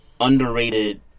Underrated